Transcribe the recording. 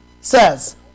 says